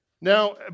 Now